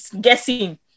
guessing